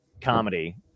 comedy